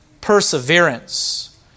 perseverance